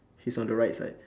he's on the right side